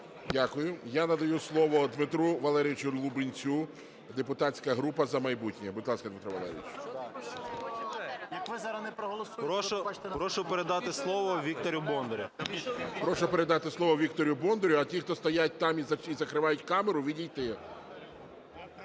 Дякую. Я надаю слово Дмитру Валерійовичу Лубінцю, депутатська група "За майбутнє". Будь ласка, Дмитро Валерійовичу. 17:45:47 ЛУБІНЕЦЬ Д.В. Прошу передати слово Віктору Бондарю. ГОЛОВУЮЧИЙ. Прошу передати слово Віктору Бондарю. А ті, хто стоять там і закривають камеру, відійти.